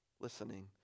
Listening